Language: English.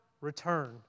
return